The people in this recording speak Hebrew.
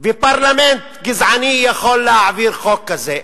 ופרלמנט גזעני יכולים להעביר חוק כזה.